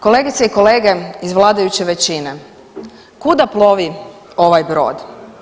Kolegice i kolege iz vladajuće većine kuda plovi ovaj brod?